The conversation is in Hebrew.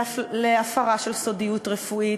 להפרה של סודיות רפואית,